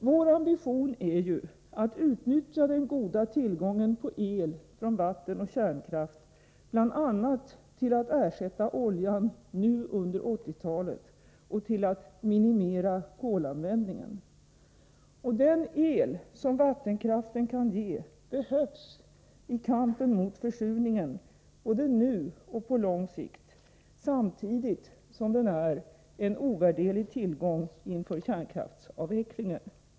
Vår ambition är ju att utnyttja den goda tillgången på el från vatten och kärnkraft, bl.a. till att ersätta oljan under 1980-talet och till att minimera kolanvändningen. Och den el som vattenkraften kan ge behövs i kampen mot försurningen både nu och på lång sikt, samtidigt som den är en ovärderlig tillgång inför kärnkraftsavvecklingen.